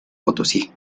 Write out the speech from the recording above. potosí